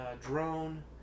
drone